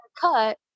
cut